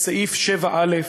סעיף 7א,